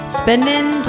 spending